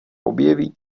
objeví